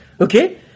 Okay